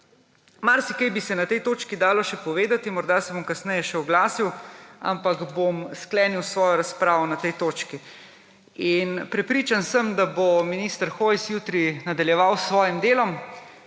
Marsikaj bi se na tej točki dalo še povedati, morda se bom kasneje še oglasil, ampak bom sklenil svojo razpravo na tej točki. Prepričan sem, da bo minister Hojs jutri nadaljeval s svojim delom.